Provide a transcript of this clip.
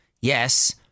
Yes